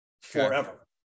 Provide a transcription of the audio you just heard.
forever